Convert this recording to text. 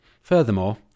Furthermore